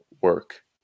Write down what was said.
work